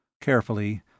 Carefully